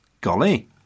Golly